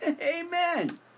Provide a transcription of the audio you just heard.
amen